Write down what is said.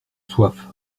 soif